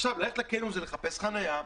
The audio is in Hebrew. ללכת לקניון זה לחפש חניה,